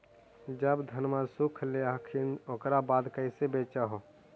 जब धनमा सुख ले हखिन उकर बाद कैसे बेच हो?